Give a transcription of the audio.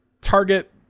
Target